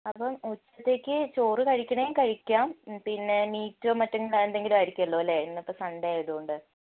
അപ്പം ഉച്ചത്തേക്ക് ചോറ് കഴിക്കണമെങ്കിൽ കഴിക്കാം പിന്നെ മീറ്റ് മറ്റ് എന്തെങ്കിലും ആയിരിക്കുവല്ലൊ അല്ലെ ഇന്നത്തെ സൺഡെ ആയതുകൊണ്ട്